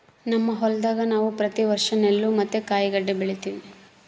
ನಮ್ಮ ಹೊಲದಾಗ ನಾವು ಪ್ರತಿ ವರ್ಷ ನೆಲ್ಲು ಮತ್ತೆ ಕಾಯಿಗಡ್ಡೆ ಬೆಳಿತಿವಿ